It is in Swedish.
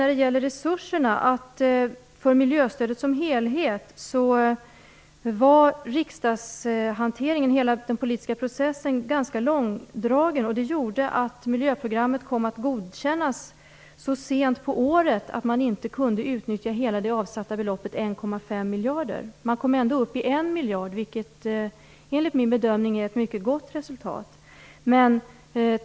När det gäller resurserna för miljöstödet som helhet var riksdagshanteringen och hela den politiska processen ganska långdragen. Det gjorde att miljöprogrammet kom att godkännas så sent på året så att hela det avsatta beloppet på 1,5 miljarder kronor inte kunde utnyttjas. Man kom ändå upp i 1 miljard kronor, vilket enligt min bedömning är ett mycket gott resultat.